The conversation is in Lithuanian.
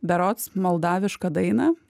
berods moldavišką dainą